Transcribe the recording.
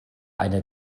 eine